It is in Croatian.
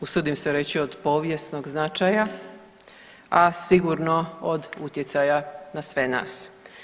Usudim se reći, od povijesnog značaja, a sigurno od utjecaja na sve nas.